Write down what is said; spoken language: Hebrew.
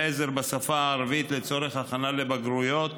עזר בשפה הערבית לצורך הכנה לבגרויות.